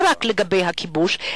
לא רק לגבי הכיבוש,